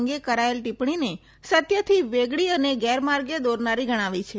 અંગે કરાયેલ ટીપ્પણીને સત્યથી વેગળી અને ગેરમાર્ગે દોરનારી ગણાવી છે